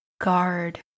guard